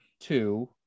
two